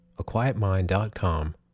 aquietmind.com